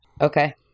Okay